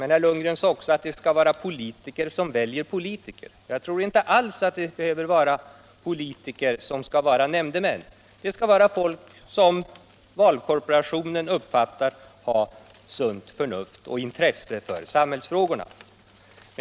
Men herr Lundgren sade också att det skall vara politiker som blir valda. Det vänder jag mig emot. Jag tror inte alls att nämndemän behöver vara politiker. Det skall vara folk som valkorporationen anser har sunt förnuft och intresse för samhällsfrågorna.